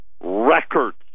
records